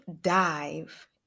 dive